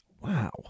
Wow